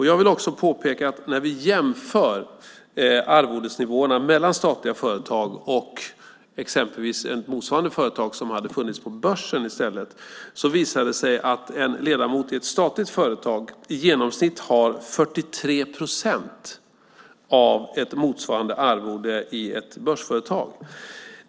Jag vill också påpeka att när vi jämför arvodesnivåerna mellan statliga företag och exempelvis motsvarande företag som finns på börsen visar det sig att en ledamot i ett statligt företag i genomsnitt har 43 procent av ett motsvarande arvode i ett börsföretag.